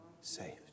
saved